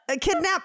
kidnap